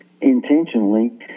intentionally